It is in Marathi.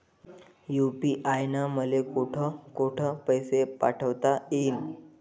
यू.पी.आय न मले कोठ कोठ पैसे पाठवता येईन?